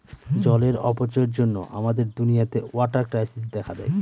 জলের অপচয়ের জন্য আমাদের দুনিয়াতে ওয়াটার ক্রাইসিস দেখা দেয়